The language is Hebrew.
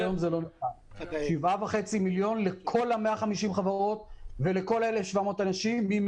7.5 מיליון לכל ה-150 חברות ול-1,700 אנשים.